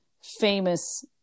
famous